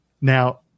Now